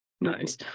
Nice